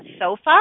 sofa